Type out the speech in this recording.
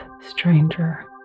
stranger